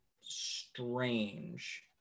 strange